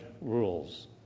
rules